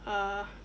uh